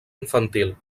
infantil